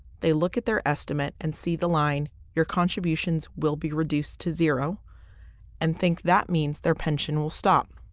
they look at their estimate and see the line your contributions will be reduced to zero and think that that means their pension will stop.